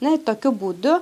na tokiu būdu